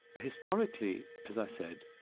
historically, as i said,